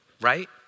Right